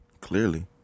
Clearly